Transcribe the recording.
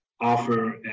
offer